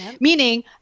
Meaning